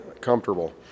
comfortable